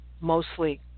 mostly